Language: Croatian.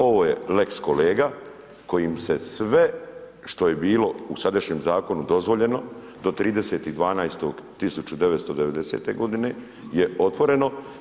Ovo je lex kolega kojim se sve što je bilo u sadašnjem zakonu dozvoljeno do 30. 12. 1990. godine je otvoreno.